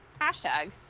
hashtag